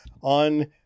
on